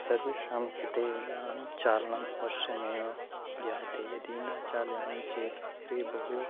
सर्वेषां कृते यानचालनम् अवश्यमेव ज्ञायते यदि न चालयामि चेत् अग्रे बहु